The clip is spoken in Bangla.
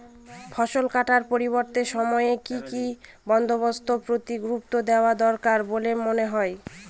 ফসলকাটার পরবর্তী সময়ে কি কি বন্দোবস্তের প্রতি গুরুত্ব দেওয়া দরকার বলে মনে হয়?